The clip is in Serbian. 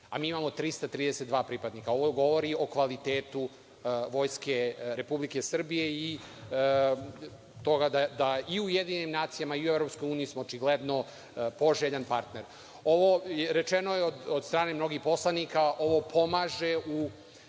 a mi imamo 332 pripadnika. Ovo govori o kvalitetu Vojske Republike Srbije i da i u UN, i u EU, smo očigledno poželjan partner. Rečeno je od strane mnogih poslanika, ovo pomaže u